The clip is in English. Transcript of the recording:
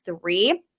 three